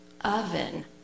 oven